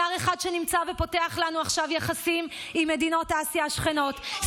שר אחד שנמצא ופותח לנו עכשיו יחסים עם מדינות אסיה השכנות,